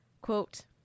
Quote